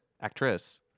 actress